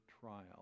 trial